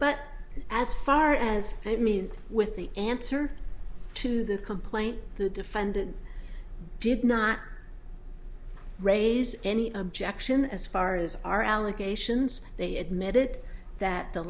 but as far as i mean with the answer to the complaint the defendant did not raise any objection as far as our allegations they admitted that the